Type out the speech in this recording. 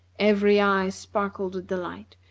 every eye sparkled with delight,